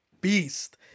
beast